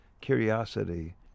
curiosity